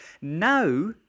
Now